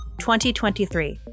2023